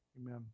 Amen